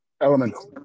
elements